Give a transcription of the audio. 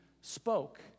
spoke